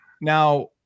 Now